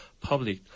public